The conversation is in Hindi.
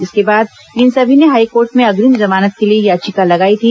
इसके बाद इन सभी ने हाईकोर्ट में अग्रिम जमानत के लिए याचिका लगाई थी